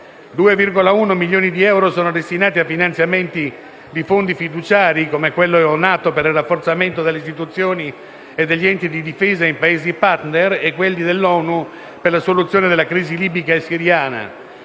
2,1 milioni di euro sono destinati al finanziamento di fondi fiduciari (come quelli della NATO, per il rafforzamento delle istituzioni e degli enti di difesa di Paesi *partner*, e dell'ONU, per la soluzione delle crisi libica e siriana),